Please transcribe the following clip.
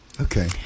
Okay